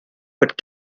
but